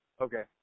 Okay